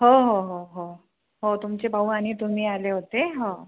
हो हो हो हो हो तुमचे भाऊ आणि तुम्ही आले होते हो